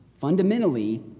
fundamentally